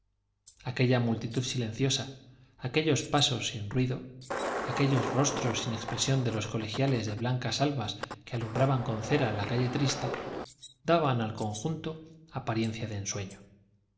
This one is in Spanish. aquella multitud silenciosa aquellos pasos sin ruido aquellos rostros sin expresión de los colegiales de blancas albas que alumbraban con cera la calle triste daban al conjunto apariencia de ensueño